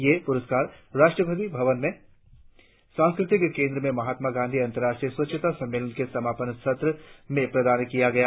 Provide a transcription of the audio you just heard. ये प्रस्कार राष्ट्रपति भवन के सांस्कृतिक केंद्र में महात्मा गांधी अंतर्राष्ट्रीय स्वच्छता सम्मेलन के समापन सत्र में प्रदान किए गए